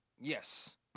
yes